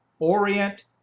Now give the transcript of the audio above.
Orient